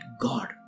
God